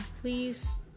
Please